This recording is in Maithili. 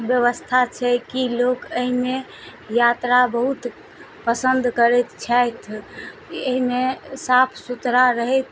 व्यवस्था छै कि लोक अइमे यात्रा बहुत पसन्द करैत छथि अहिमे साफ सुथरा रहैत